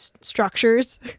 structures